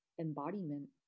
embodiment